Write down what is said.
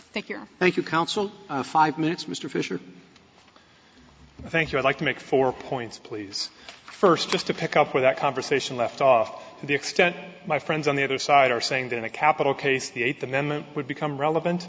thank you council five minutes mr fisher thank you i'd like to make four points please first just to pick up where that conversation left off the extent my friends on the other side are saying that in a capital case the eighth amendment would become relevant